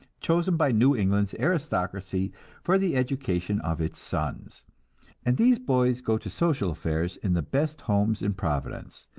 chosen by new england's aristocracy for the education of its sons and these boys go to social affairs in the best homes in providence,